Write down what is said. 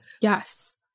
Yes